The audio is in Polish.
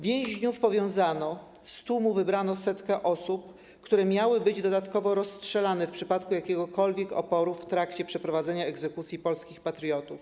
Więźniów powiązano, z tłumu wybrano 100 osób, które miały być dodatkowo rozstrzelane w przypadku jakiegokolwiek oporu w trakcie przeprowadzenia egzekucji polskich patriotów.